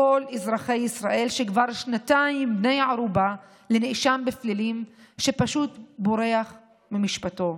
כל אזרחי ישראל שכבר שנתיים בני ערובה לנאשם בפלילים שפשוט בורח ממשפטו.